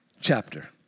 chapter